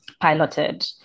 piloted